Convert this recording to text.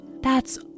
That's